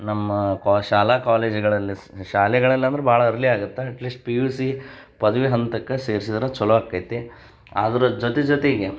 ನಮ್ಮ ಕೊ ಶಾಲಾ ಕಾಲೇಜುಗಳಲ್ಲಿ ಶಾಲೆಗಳಲ್ಲಿ ಅಂದ್ರೆ ಭಾಳ ಅರ್ಲಿ ಆಗತ್ತೆ at least P U ಪದವಿ ಹಂತಕ್ಕೆ ಸೇರ್ಸಿದ್ರೆ ಛಲೊ ಆಕ್ಕೈತಿ ಅದ್ರ ಜೊತೆ ಜೊತೆಗೆ